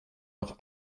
noch